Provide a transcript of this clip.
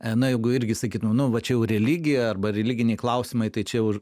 na jeigu jeigu irgi sakytum va čia jaureligija arba religiniai klausimai tai čia jau